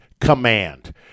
command